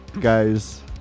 guys